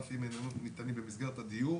אף אם אינם ניתנים במסגרת הדיור